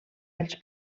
els